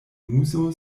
muso